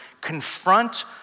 confront